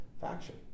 faction